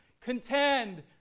Contend